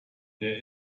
there